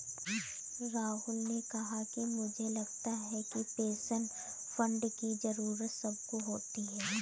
राहुल ने कहा कि मुझे लगता है कि पेंशन फण्ड की जरूरत सबको होती है